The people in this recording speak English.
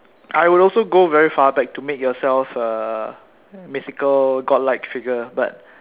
I will also go very far back to make yourself uh mythical godlike figure but